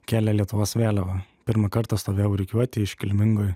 kėlė lietuvos vėliavą pirmą kartą stovėjau rikiuotėj iškilmingoj